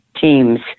teams